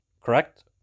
correct